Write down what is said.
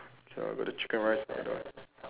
okay ah got the chicken rice or that one